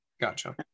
gotcha